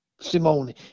Simone